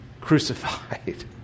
crucified